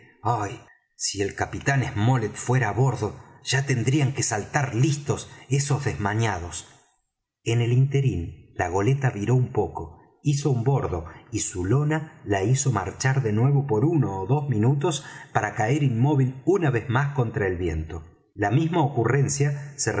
ah si el capitán smollet fuera á bordo ya tendrían que saltar listos esos desmañados en el interín la goleta viró un poco hizo un bordo y su lona la hizo marchar de nuevo por uno ó dos minutos para caer inmóvil una vez más contra el viento la misma ocurrencia se